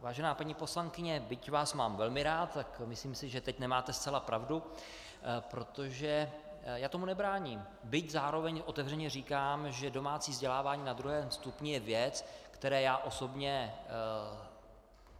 Vážená paní poslankyně, byť vás mám velmi rád, tak si myslím, že teď nemáte zcela pravdu, protože já tomu nebráním, byť zároveň otevřeně říkám, že domácí vzdělávání na druhém stupni je věc, kterou se já osobně